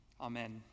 Amen